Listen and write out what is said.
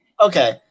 Okay